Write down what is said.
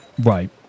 Right